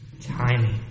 timing